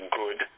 good